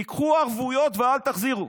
תיקחו ערבויות ואל תחזירו,